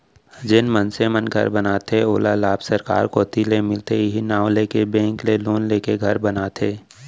जेन मनसे मन घर बनाथे ओला लाभ सरकार कोती ले मिलथे इहीं नांव लेके बेंक ले लोन लेके घर बनाथे